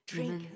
Drink